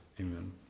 Amen